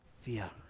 fear